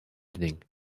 evening